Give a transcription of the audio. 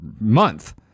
month